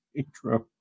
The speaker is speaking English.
intro